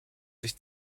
sich